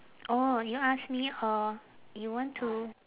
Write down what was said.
orh you ask me or you want to